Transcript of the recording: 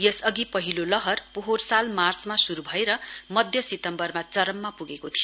यस अघि पहिलो लहर पोहोर साल मार्चमा शुरु भएर मध्य सितम्बर चरममा पुगेको थियो